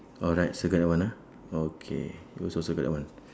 alright circle that one ah okay you also circle that one